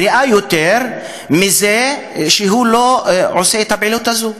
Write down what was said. בריאה יותר מזה שלא עושה את הפעילות הזאת,